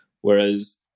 Whereas